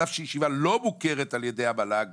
על אף שישיבה לא מוכרת על ידי המועצה